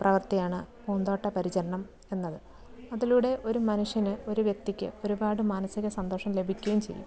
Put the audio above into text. പ്രവൃത്തിയാണ് പൂന്തോട്ട പരിചരണം എന്നത് അതിലൂടെ ഒരു മനുഷ്യന് ഒരു വ്യക്തിക്ക് ഒരുപാട് മാനസിക സന്തോഷം ലഭിക്കുകയും ചെയ്യും